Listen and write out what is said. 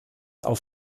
auf